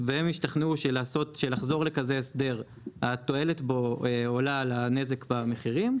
והם ישתכנעו שלחזור לכזה הסדר התועלת בו עולה על הנזק במחירים,